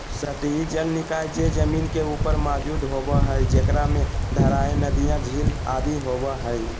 सतही जल निकाय जे जमीन के ऊपर मौजूद होबो हइ, जेकरा में धाराएँ, नदियाँ, झील आदि होबो हइ